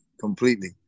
completely